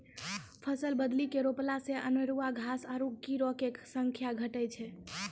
फसल बदली के रोपला से अनेरूआ घास आरु कीड़ो के संख्या घटै छै